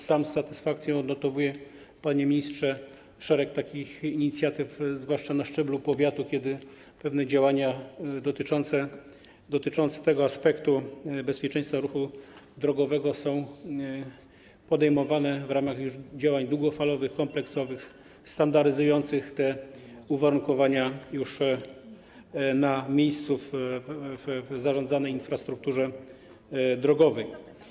Sam z satysfakcją odnotowuję, panie ministrze, szereg takich inicjatyw, zwłaszcza na szczeblu powiatu, kiedy pewne działania dotyczące tego aspektu bezpieczeństwa ruchu drogowego są podejmowane w ramach działań długofalowych, kompleksowych, standaryzujących te uwarunkowania już na miejscu, w ramach zarządzanej infrastruktury drogowej.